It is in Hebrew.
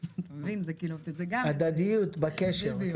הדדיות בקשר.